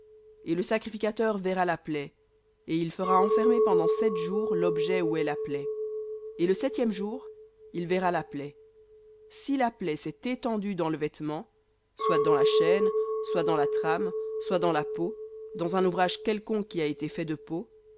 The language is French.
et le sacrificateur verra la plaie et il fera enfermer pendant sept jours la plaie et le septième jour il verra la plaie si la plaie s'est étendue dans le vêtement soit dans la chaîne soit dans la trame soit dans la peau dans un ouvrage quelconque qui a été fait de peau